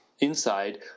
inside